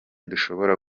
dushobora